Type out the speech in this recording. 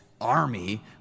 army